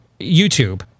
YouTube